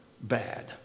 bad